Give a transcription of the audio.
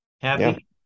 happy